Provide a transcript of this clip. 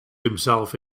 himself